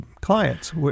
clients